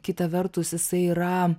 kita vertus jisai yra